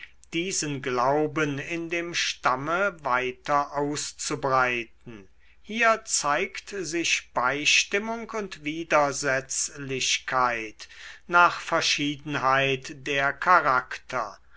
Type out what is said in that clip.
diesen glauben in dem stamme weiter auszubreiten hier zeigt sich beistimmung und widersetzlichkeit nach verschiedenheit der charakter